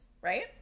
right